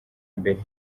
mbere